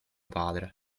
padre